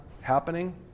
happening